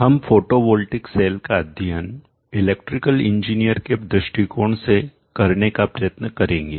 हम photovoltaic cell का अध्ययन इलेक्ट्रिकल इंजीनियर के दृष्टिकोण से करने का प्रयत्न करेंगे